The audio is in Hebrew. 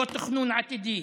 לא תכנון עתידי.